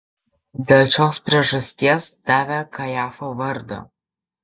dėl šios priežasties davė kajafo vardą